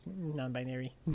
non-binary